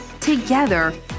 Together